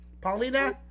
Paulina